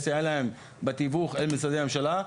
בתיווך עם משרדי הממשלה,